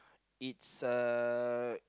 it's uh